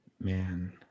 Man